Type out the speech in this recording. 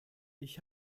ich